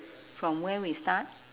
from when we start